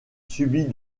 subit